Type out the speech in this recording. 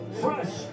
Fresh